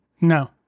No